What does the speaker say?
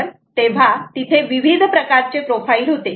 तर तेव्हा तिथे विविध प्रकारचे प्रोफाइल होते